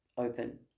open